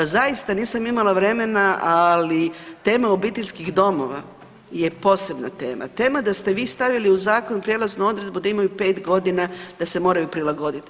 Zaista, nisam imala vremena ali tema obiteljskih domova je posebna tema, tema da ste vi stavili u zakon prijelaznu odredbu da imaju pet godina da se moraju prilagodit.